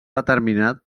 determinat